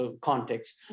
context